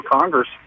Congress